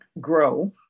grow